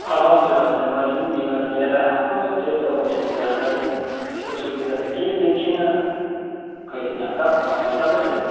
हजुर हजुर मैले नि बिमारी लिएर आएको त्यही त हो यहाँनिर खोइ तेस्तो सुविधा त केही देखिनँ खोइ तपाईँ चाहिँ